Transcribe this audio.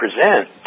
present